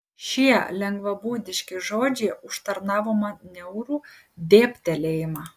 šie lengvabūdiški žodžiai užtarnavo man niaurų dėbtelėjimą